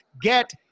get